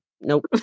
Nope